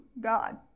God